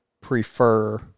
prefer